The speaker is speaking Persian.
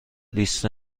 لیست